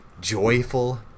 joyful